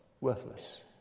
worthless